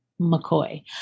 McCoy